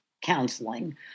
counseling